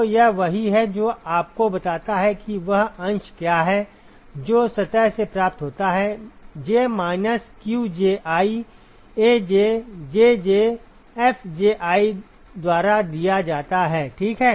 तो यह वही है जो आपको बताता है कि वह अंश क्या है जो सतह से प्राप्त होता है j minus qji Aj Jj Fji द्वारा दिया जाता है ठीक है